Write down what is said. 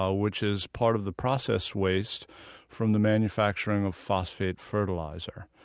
ah which is part of the process waste from the manufacturing of phosphate fertilizer.